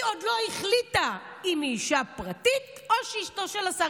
היא עוד לא החליטה אם היא אישה פרטית או שהיא אשתו של השר,